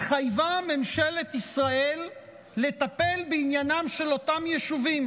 התחייבה ממשלת ישראל לטפל בעניינם של אותם יישובים